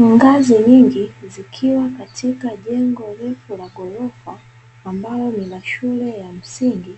Ngazi nyingi zikiwa katika jengo refu la ghorofa, ambalo lina shule ya msingi.